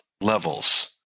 levels